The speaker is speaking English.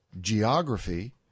geography